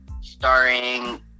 starring